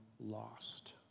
lost